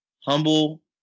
humble